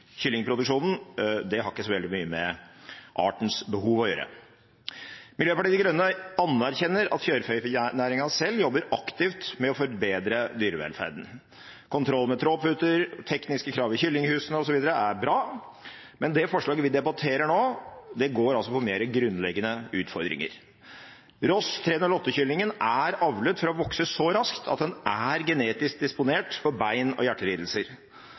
kyllingproduksjonen, ikke har så veldig mye med artens behov å gjøre. Miljøpartiet De Grønne anerkjenner at fjørfenæringen selv jobber aktivt med å forbedre dyrevelferden. Kontroll med tråputer, tekniske krav i kyllinghusene osv. er bra, men det forslaget vi debatterer nå, går altså på mer grunnleggende utfordringer. Ross 308-kyllingen er avlet for å vokse så raskt at den er genetisk disponert for bein- og hjertelidelser.